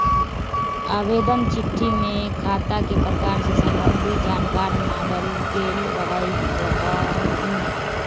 आवेदन चिट्ठी में खता के प्रकार से संबंधित जानकार माङल गेल रहइ